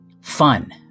fun